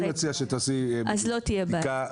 אני מציע שתעשי בדיקה.